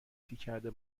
کرده